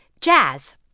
Jazz